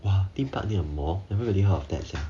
!wah! theme park near a mall never really heard of that sia